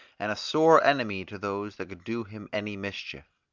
and a sore enemy to those that could do him any mischief.